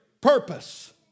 purpose